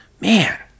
Man